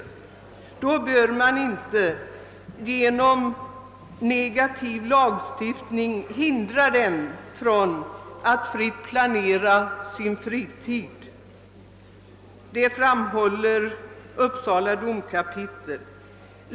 Dessa människor bör inte genom en negativ lagstiftning hindras att fritt planera sin fritid.» Detta framhåller alltså Uppsala domkapitel.